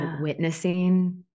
witnessing